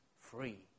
free